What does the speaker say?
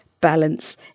balance